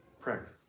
prayer